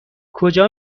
کجا